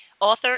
Author